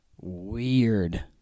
weird